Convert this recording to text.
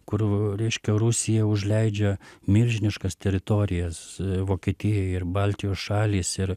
kur reiškia rusija užleidžia milžiniškas teritorijas vokietijoj ir baltijos šalys ir